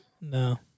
No